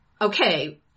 okay